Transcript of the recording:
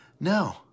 No